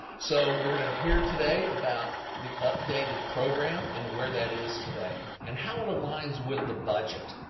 so we're gonna hear today about the updated program and where that is today, and how it aligns with the budget.